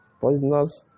Poisonous